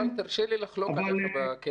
יובל, תרשה לי לחלוק עליך בקטע הזה.